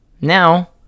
now